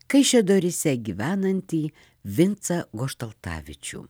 kaišiadoryse gyvenantį vincą goštaltavičių